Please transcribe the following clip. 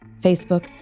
Facebook